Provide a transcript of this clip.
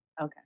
Okay